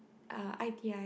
uh I_P_I